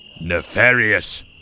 Nefarious